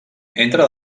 entre